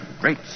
Great